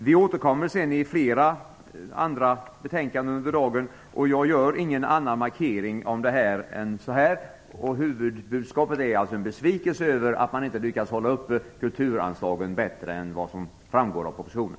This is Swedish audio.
Vi återkommer i flera andra betänkanden under dagen, så jag gör ingen annan markering än just detta att vårt huvudbudskap är att vi är besvikna över att man inte lyckats hålla uppe kulturanslagen bättre än vad som framgår av propositionen.